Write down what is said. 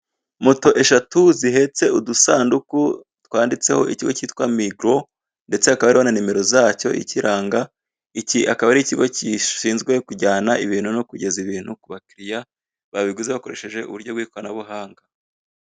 Moto eshatu zihetse udusanduku twanditseho ikigo kitwa migoro ndetse hakaba harimo na nimero zacyo ikiranga, iki akaba ari ikigo gishinzwe kujyana ibintu no kugeza ibintu babiguze bakoresheje uburyo bw'ikoranabuhanga.